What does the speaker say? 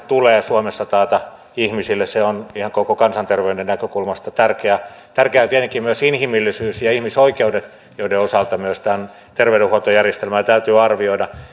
tulee suomessa taata ihmisille se on ihan koko kansanterveyden näkökulmasta tärkeää tärkeitä ovat tietenkin myös inhimillisyys ja ihmisoikeudet joiden osalta myös terveydenhuoltojärjestelmää täytyy arvioida